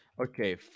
Okay